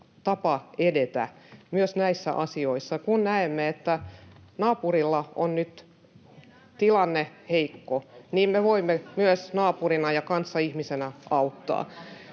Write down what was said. tapa edetä myös näissä asioissa. Kun näemme, että naapurilla on nyt tilanne heikko, niin me voimme myös naapurina ja kanssaihmisenä auttaa.